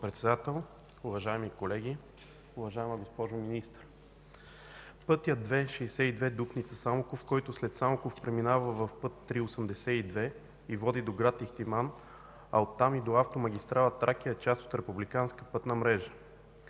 Председател, уважаеми колеги, уважаема госпожо Министър! Пътят ІІ-62 Дупница – Самоков, който след Самоков преминава в път ІІІ-82 и води до град Ихтиман, а оттам и до автомагистрала „Тракия”, е част от републиканска пътна мрежа.